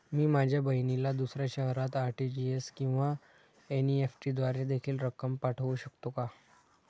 मी माझ्या बहिणीला दुसऱ्या शहरात आर.टी.जी.एस किंवा एन.इ.एफ.टी द्वारे देखील रक्कम पाठवू शकतो का?